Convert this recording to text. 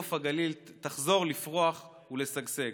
ונוף הגליל תחזור לפרוח ולשגשג.